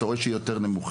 אתה רואה שהיא יותר נמוכה.